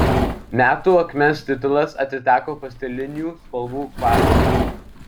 metų akmens titulas atiteko pastelinių spalvų kvarcui